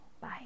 Bye